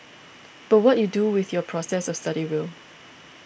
but what you do with your process of study will